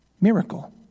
Miracle